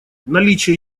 наличие